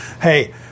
hey